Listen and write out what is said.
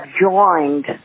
joined